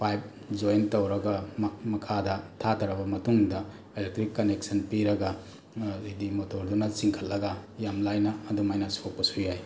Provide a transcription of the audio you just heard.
pipe join ꯇꯧꯔꯒ ꯃꯈꯥꯗ ꯊꯥꯊꯔꯕ ꯃꯇꯨꯡꯗ ꯏꯂꯦꯛꯇ꯭ꯔꯤꯛ ꯀꯅꯦꯛꯁꯟ ꯄꯤꯔꯒ ꯍꯥꯏꯗꯤ ꯃꯣꯇꯣꯔꯗꯨꯅ ꯆꯤꯡꯈꯠꯂꯒ ꯌꯥꯝ ꯂꯥꯏꯅ ꯑꯗꯨꯃꯥꯏꯅ ꯁꯣꯛꯄꯁꯨ ꯌꯥꯏ